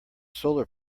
solar